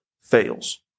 fails